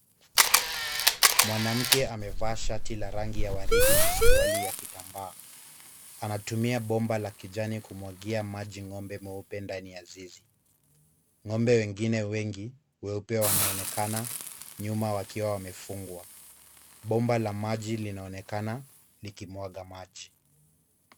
Mwanamke amevaa shati la rangi ya waridi na suruali ya kitambaa. Anatumia bomba la kijani kumwagia maji ng'ombe mweupe ndani ya zizi. Ng'ombe wengine wengi weupe wanaonekana nyuma wakiwa wamefungwa. Bomba la maji linaonekana likimwaga maji.